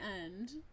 end